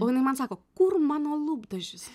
o jinai man sako kur mano lūpdažis